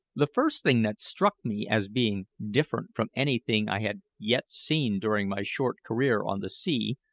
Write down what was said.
the first thing that struck me as being different from anything i had yet seen during my short career on the sea,